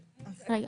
עידו.